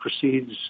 proceeds